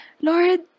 Lord